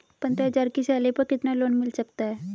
पंद्रह हज़ार की सैलरी पर कितना लोन मिल सकता है?